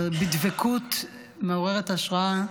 בדבקות מעוררת השראה.